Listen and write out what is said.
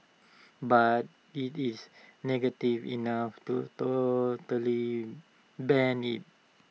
but IT is negative enough to totally ban IT